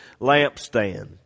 lampstand